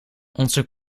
onze